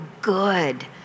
good